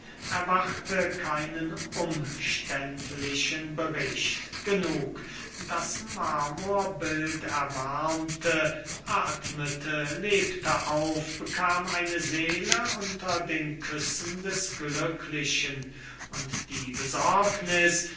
erwarte keinen umständlichen bericht genug das marmorbild erwarmte athmete lebte auf bekam eine seele unter den küssen des glücklichen und die besorgniß